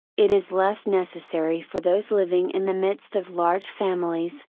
it is less necessary for those living in the midst of large families,